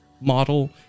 model